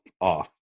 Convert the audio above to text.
off